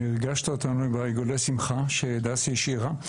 ריגשת אותנו ב"עיגולי השמחה" שדסי השאירה.